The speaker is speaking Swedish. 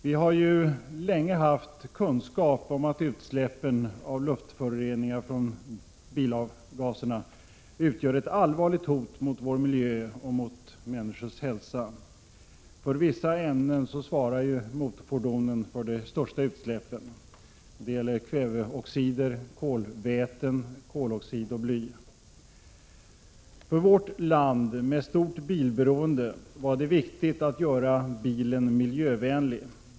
Vi har länge haft kunskap om att utsläppen av luftföroreningar via bilavgaserna utgör ett allvarligt hot mot vår miljö och mot människors hälsa. För vissa ämnen svarar motorfordonen för de största utsläppen. Det gäller kväveoxider, kolväten, koloxid och bly. För vårt land med starkt bilberoende var det viktigt att göra bilen miljövänlig.